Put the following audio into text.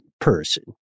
person